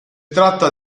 tratta